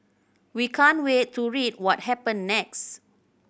we can't wait to read what happen next